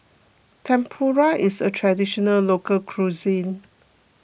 Tempura is a Traditional Local Cuisine